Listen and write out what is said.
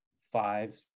five